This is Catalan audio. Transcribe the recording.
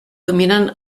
dominen